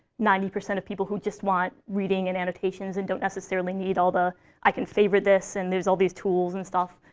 ninety percent of people who just want reading and annotations, and don't necessarily need all the i can favorite this, and there's all these tools and stuff.